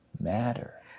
matter